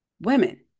women